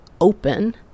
open